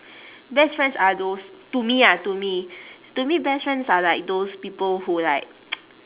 best friends are those to me ah to me to me best friends are like those people who like